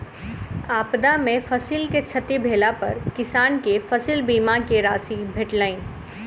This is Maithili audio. आपदा में फसिल के क्षति भेला पर किसान के फसिल बीमा के राशि भेटलैन